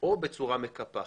או בצורה מקפחת.